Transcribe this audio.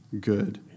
good